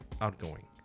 outgoing